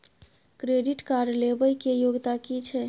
Credit card लेबै के योग्यता कि छै?